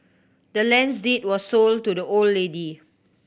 the land's deed was sold to the old lady